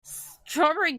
strawberry